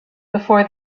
before